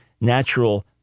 natural